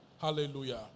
Hallelujah